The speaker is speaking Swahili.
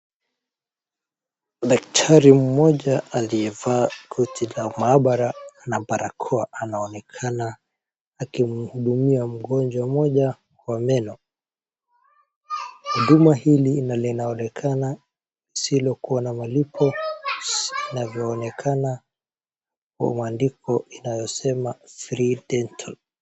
Daktari mmoja aliyevaa koti la maabara na barakoa anaonekana akimhudumia mgonjwa mmoja wa meno. Huduma hili linaloonekana lisilokuwa na malipo vinavyoonekana kwa mwandiko inayosema Free Dental.